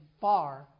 far